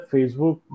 Facebook